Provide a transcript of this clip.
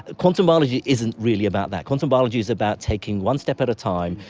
ah quantum biology isn't really about that, quantum biology is about taking one step at a time,